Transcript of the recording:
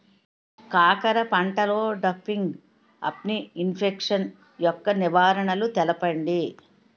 కాకర పంటలో డంపింగ్ఆఫ్ని ఇన్ఫెక్షన్ యెక్క నివారణలు తెలపండి?